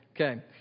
Okay